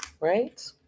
right